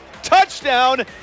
Touchdown